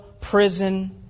prison